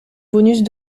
bonus